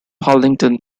harlingen